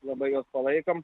labai juos palaikom